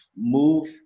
move